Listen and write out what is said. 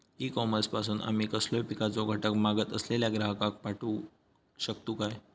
E commerce पासून आमी कसलोय पिकाचो घटक मागत असलेल्या ग्राहकाक पाठउक शकतू काय?